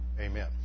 Amen